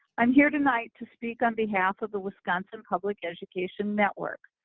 i'm here tonight to speak on behalf of the wisconsin public education network,